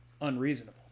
unreasonable